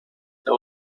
that